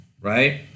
right